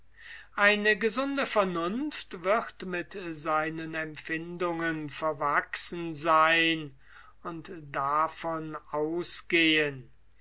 eine gesunde vernunft wird mit seinen empfindungen verwachsen sein und davon ausgehen